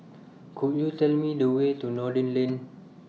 Could YOU Tell Me The Way to Noordin Lane